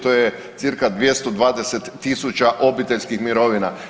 To je cirka 220 000 obiteljskih mirovina.